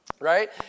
right